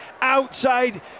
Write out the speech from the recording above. outside